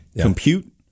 compute